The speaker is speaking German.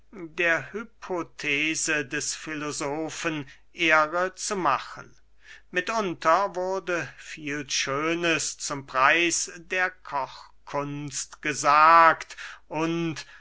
der hypothese des filosofen ehre zu machen mitunter wurde viel schönes zum preis der kochkunst gesagt und